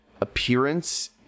appearance